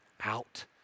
out